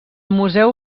museu